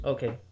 Okay